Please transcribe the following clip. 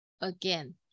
again